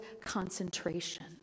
concentration